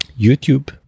YouTube